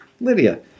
Lydia